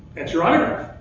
that's your autograph.